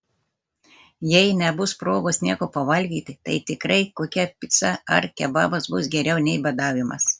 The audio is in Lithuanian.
jei nebus progos nieko pavalgyti tai tikrai kokia pica ar kebabas bus geriau nei badavimas